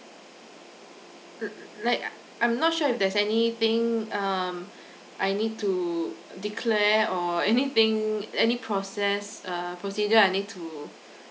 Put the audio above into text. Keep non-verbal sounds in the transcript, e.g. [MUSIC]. [NOISE] like I I'm not sure if there's anything um I need to declare or anything any process err procedure I need to